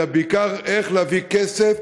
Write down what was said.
אלא בעיקר איך להביא כסף,